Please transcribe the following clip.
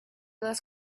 less